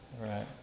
right